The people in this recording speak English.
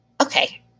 Okay